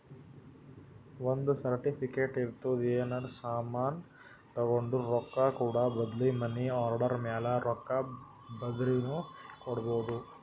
ಒಂದ್ ಸರ್ಟಿಫಿಕೇಟ್ ಇರ್ತುದ್ ಏನರೇ ಸಾಮಾನ್ ತೊಂಡುರ ರೊಕ್ಕಾ ಕೂಡ ಬದ್ಲಿ ಮನಿ ಆರ್ಡರ್ ಮ್ಯಾಲ ರೊಕ್ಕಾ ಬರ್ದಿನು ಕೊಡ್ಬೋದು